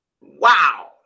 wow